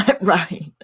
Right